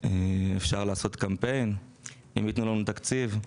אפשר לעשות קמפיין אם ייתנו לנו תקציב.